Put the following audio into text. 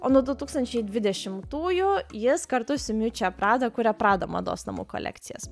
o nuo du tūkstančiai dvidešimtųjų jis kartu su miučija prada kuria prada mados namų kolekcijas